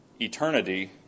eternity